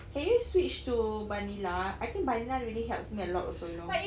can you switch to Banila I think Banila really helps me a lot also you know